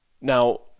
Now